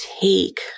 take